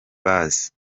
base